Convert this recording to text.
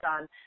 on